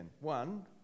One